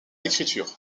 l’écriture